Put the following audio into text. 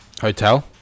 Hotel